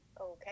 okay